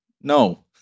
No